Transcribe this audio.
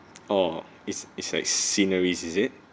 oh is is like sceneries is it